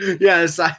Yes